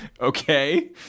Okay